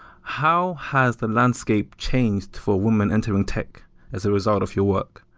how has the landscape changed for women entering tech as a result of your work?